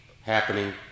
happening